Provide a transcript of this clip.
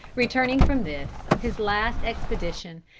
returning from this, his last expedition,